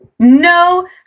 No